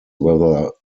whether